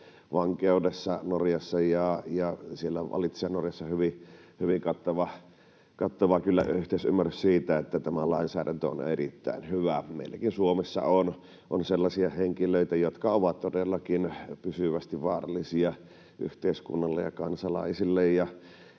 vankeudessa Norjassa. Norjassa vallitsee kyllä hyvin kattava yhteisymmärrys siitä, että tämä lainsäädäntö on erittäin hyvä. Meilläkin Suomessa on sellaisia henkilöitä, jotka ovat todellakin pysyvästi vaarallisia yhteiskunnalle ja kansalaisille.